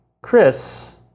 Chris